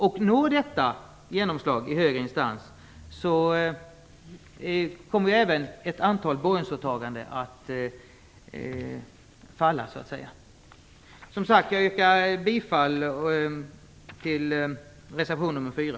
Om detta får genomslag i högre instans, kommer ett antal borgensåtaganden att "falla". Jag yrkar, som sagt, bifall till reservation nr 4.